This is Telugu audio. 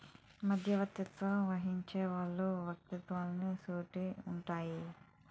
మధ్యవర్తిత్వం వహించే వాళ్ళు వ్యక్తులకు సూరిటీ ఉంటారు